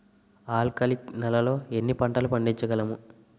ఆల్కాలిక్ నెలలో ఏ పంటలు పండించగలము?